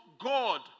God